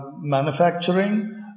manufacturing